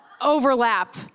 overlap